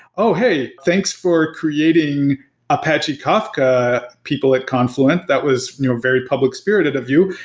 oh, hey! thanks for creating apache kafka, people at confluent. that was you know a very public spirited of you.